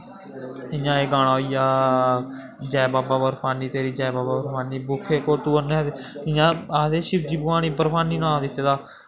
इ'यां एह् गाना होई गेआ जै बाबा बर्फानी तेरी जै बाबा बर्फानी भूखे को तू अन्न दे जियां आखदे शिवजी भगवान गी बर्फानी नांऽ दित्ते दा